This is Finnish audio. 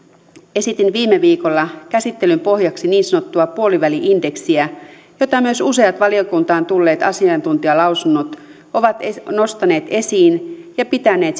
esitin viime viikolla käsittelyn pohjaksi niin sanottua puoliväli indeksiä jota myös useat valiokuntaan tulleet asiantuntijalausunnot ovat nostaneet esiin ja pitäneet